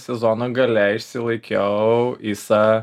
sezono gale išsilaikiau isa